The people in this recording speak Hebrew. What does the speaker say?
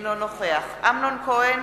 אינו נוכח אמנון כהן,